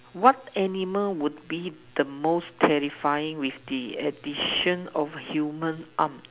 what animal would be the most terrifying with the addition of human arm